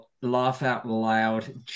laugh-out-loud